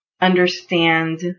understand